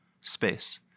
space